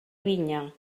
vinya